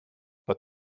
but